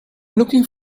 looking